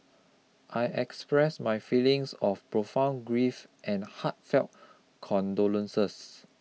I express my feelings of profound grief and heartfelt condolences